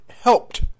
helped